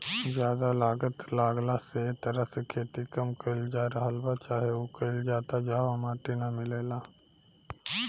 ज्यादा लागत लागला से ए तरह से खेती कम कईल जा रहल बा चाहे उहा कईल जाता जहवा माटी ना मिलेला